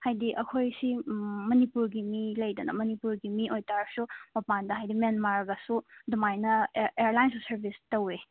ꯍꯥꯏꯗꯤ ꯑꯩꯈꯣꯏ ꯁꯤ ꯃꯅꯤꯄꯨꯔꯒꯤ ꯃꯤ ꯂꯩꯗꯅ ꯃꯅꯤꯄꯨꯔꯒꯤ ꯃꯤ ꯑꯣꯏ ꯇꯥꯔꯁꯨ ꯃꯄꯥꯟꯗ ꯍꯥꯏꯗꯤ ꯃ꯭ꯌꯥꯟꯃꯥꯔꯒꯁꯨ ꯑꯗꯨꯃꯥꯏꯅ ꯑꯦꯌꯥꯔ ꯂꯥꯏꯟꯁꯨ ꯁꯔꯕꯤꯁ ꯇꯧꯋꯦ